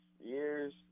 years